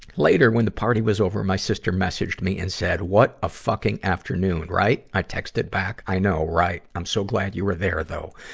later, when the party was over, my sister messaged me and said, what a fucking afternoon, right? i texted back, i know, right. i'm so glad you were there, though.